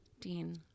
Dean